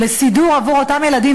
סידור עבור אותם ילדים,